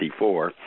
1964